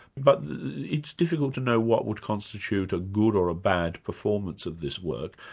but it's difficult to know what would constitute a good or a bad performance of this work,